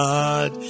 God